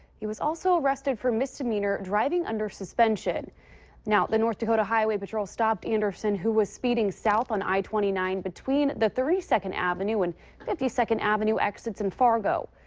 he was also arrested for misdemeanor driving under suspension the north dakota highway patrol stopped anderson. who was speeding south on i twenty nine. between the thirty second avenue and fifty second avenue exits in fargo.